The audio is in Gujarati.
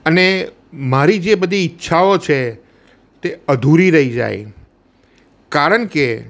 અને મારી જે બધી ઈચ્છાઓ છે તે અધૂરી રહી જાય કારણ કે